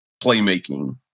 playmaking